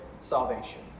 salvation